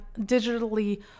digitally